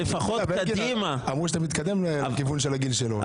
אמרו שאתה מתקדם לגיל שלו.